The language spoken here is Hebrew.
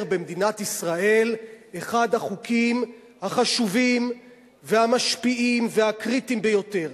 במדינת ישראל אחד החוקים החשובים והמשפיעים והקריטיים ביותר.